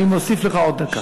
אני מוסיף לך עוד דקה.